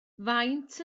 faint